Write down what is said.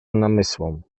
namysłom